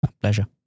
Pleasure